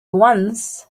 once